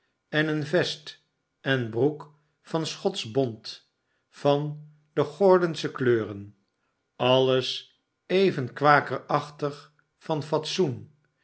en een vest en broek van schotsch bont van de gordonsche kleuren ailes even kwakerachtig van fatsoen